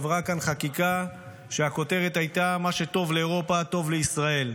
עברה כאן חקיקה שהכותרת הייתה "מה שטוב לאירופה טוב לישראל"